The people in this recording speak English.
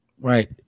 right